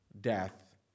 death